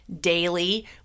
Daily